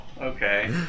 okay